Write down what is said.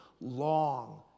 long